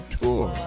tour